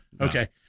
okay